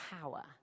power